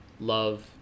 Love